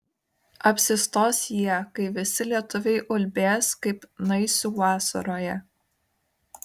apsistos jie kai visi lietuviai ulbės kaip naisių vasaroje